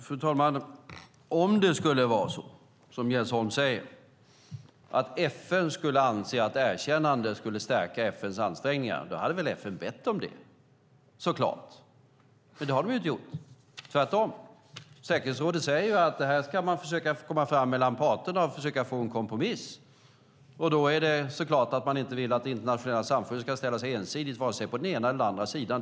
Fru talman! Om det skulle vara som Jens Holm säger att FN skulle anse att erkännandet skulle stärka FN:s ansträngningar skulle FN såklart ha bett om det. Det har de dock inte gjort - tvärtom. Säkerhetsrådet säger att man ska försöka komma fram med detta mellan parterna och få en kompromiss. Då vill man såklart inte att det internationella samfundet ska ställa sig ensidigt på vare sig den ena eller den andra sidan.